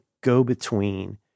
go-between